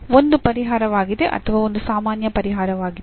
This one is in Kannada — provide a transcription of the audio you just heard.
ಒಂದು ಪರಿಹಾರವಾಗಿದೆ ಅಥವಾ ಒಂದು ಸಾಮಾನ್ಯ ಪರಿಹಾರವಾಗಿದೆ